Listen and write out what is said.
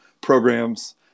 programs